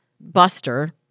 Buster